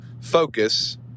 focus